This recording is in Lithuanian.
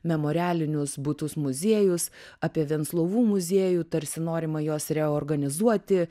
memorialinius butus muziejus apie venclovų muziejų tarsi norima juos reorganizuoti